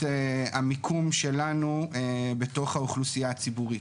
המיקום שלנו בתוך האוכלוסייה הציבורית.